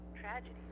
tragedy